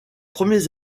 premiers